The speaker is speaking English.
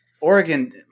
Oregon –